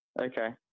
Okay